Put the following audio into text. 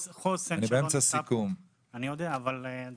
רשימה של הרשויות המקומיות שבהן יש קושי בפינוי,